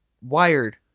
wired